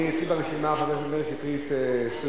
אצלי ברשימה חבר הכנסת מאיר שטרית 24,